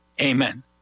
Amen